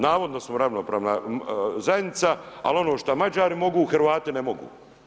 Navodno samo ravnopravna zajednica, ali ono što Mađari mogu, Hrvati ne mogu.